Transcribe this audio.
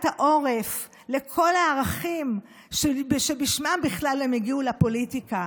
העורף לכל הערכים שמשם בכלל הם הגיעו לפוליטיקה,